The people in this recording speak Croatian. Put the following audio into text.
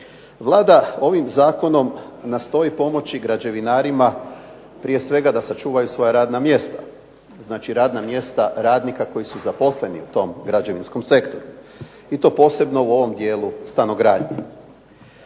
Vlada ovim zakonom nastoji pomoći građevinarima prije svega da sačuvaju svoja radna mjesta, znači radna mjesta radnika koji su zaposleni u tom građevinskom sektoru i to posebno u ovom dijelu stanogradnje.đ